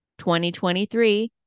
2023